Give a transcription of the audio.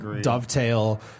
Dovetail